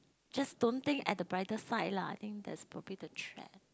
just don't think at the brighter side lah I think that's probably the trait